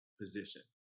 position